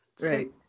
Right